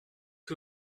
que